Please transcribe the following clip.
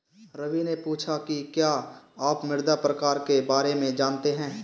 रवि ने पूछा कि क्या आप मृदा प्रकार के बारे में जानते है?